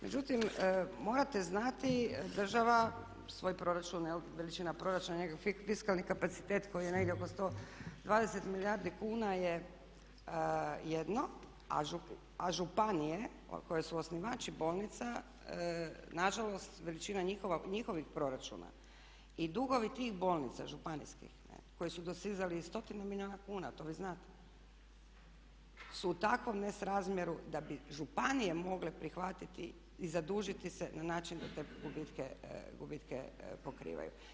Međutim, morate znati država svoj proračun, veličina proračuna, njegov fiskalni kapacitet koji je negdje oko 120 milijardi kuna je jedno, a županije koje su osnivači bolnica na žalost veličina njihovih proračuna i dugovi tih bolnica županijskih koji su dosizali stotinu milijuna kuna to vi znate su u takvom nesrazmjeru da bi županije mogle prihvatiti i zadužiti se na način da te gubitke pokrivaju.